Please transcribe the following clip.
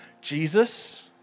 Jesus